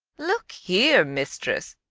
look here, mistress,